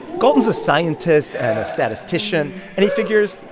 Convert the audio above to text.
galton's a scientist and a statistician. and he figures,